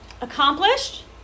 Accomplished